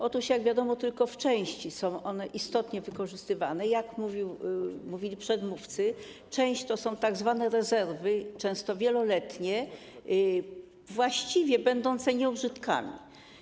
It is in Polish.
Otóż jak wiadomo, tylko w części są one istotnie wykorzystywane, jak mówili przedmówcy, część to są tzw. rezerwy, często wieloletnie, właściwie będące nieużytkami.